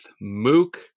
Mook